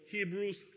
Hebrews